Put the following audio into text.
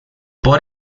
por